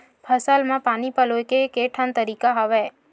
फसल म पानी पलोय के केठन तरीका हवय?